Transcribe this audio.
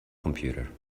computer